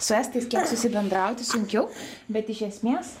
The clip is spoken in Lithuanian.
su estais kiek susibendrauti sunkiau bet iš esmės